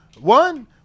one